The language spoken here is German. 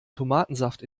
tomatensaft